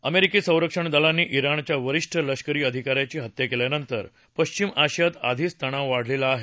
अमेरिकी संरक्षण दलांनी ्ञाणच्या वरिष्ठ लष्करी अधिका याची हत्या केल्यानंतर पश्चिम आशियात आधीच तणाव वाढलेला आहे